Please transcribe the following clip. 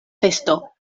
festo